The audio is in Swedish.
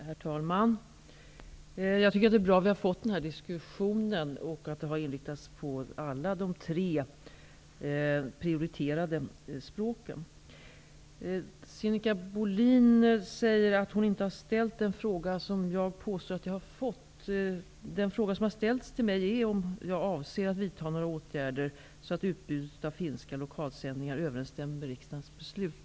Herr talman! Jag tycker att det är bra att vi har fått den här diskussionen och att den har inriktats på alla de tre prioriterade språken. Sinikka Bohlin säger att hon inte har ställt den fråga som jag påstår att jag har fått. Den fråga som har ställts till mig är om jag avser att vidta några åtgärder, så att utbudet av finska lokalsändnigar stämmer med riksdagens beslut.